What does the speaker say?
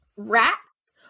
Rats